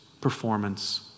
performance